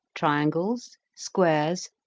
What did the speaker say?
triangles, squares,